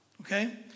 Okay